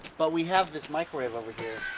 but we have this microwave over here.